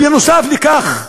נוסף על כך,